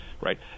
right